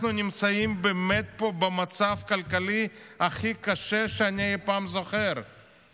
אנחנו באמת נמצאים פה במצב הכלכלי הכי קשה שאני זוכר אי פעם,